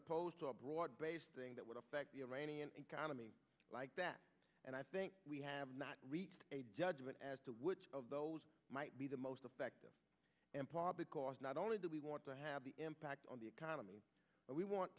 opposed to a broad based thing that would affect the iranian economy like that and i think we have not reached a judgment as to which of those might be the most effective because not only do we want to have the impact on the economy but we want